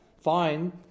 fine